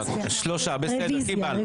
הצבעה בעד, 3 נגד, 8 נמנעים, אין לא אושר.